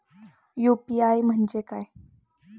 UPI म्हणजे काय?